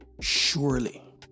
Surely